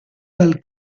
dal